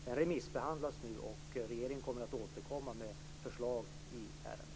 Den remissbehandlas nu, och regeringen återkommer med förslag i ärendet.